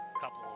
couple